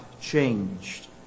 changed